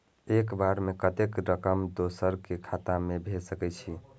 एक बार में कतेक रकम दोसर के खाता में भेज सकेछी?